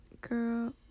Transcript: Girl